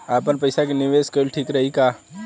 आपनपईसा के निवेस कईल ठीक रही का?